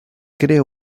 crea